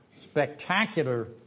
spectacular